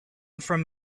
from